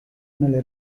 nelle